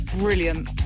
brilliant